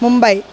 Mumbai